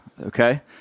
Okay